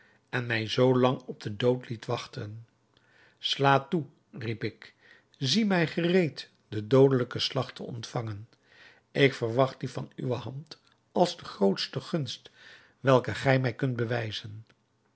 en mij zoo lang op den dood liet wachten sla toe riep ik zie mij gereed den doodelijken slag te ontvangen ik verwacht dien van uwe hand als de grootste gunst welke gij mij kunt bewijzen